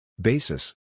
Basis